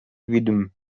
widm